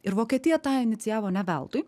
ir vokietija tą inicijavo ne veltui